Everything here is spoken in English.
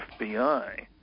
FBI